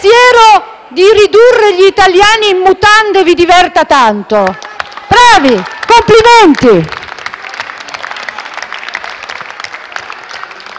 di ridurre gli italiani in mutande vi diverta tanto. Bravi! Complimenti!